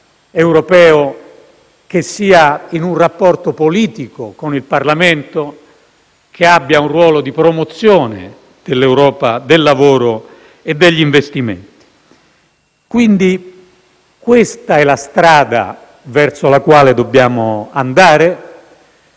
europeo che siano in un rapporto politico con il Parlamento e abbiano un ruolo di promozione dell'Europa del lavoro e degli investimenti. Questa è la strada verso la quale dobbiamo andare.